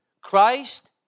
Christ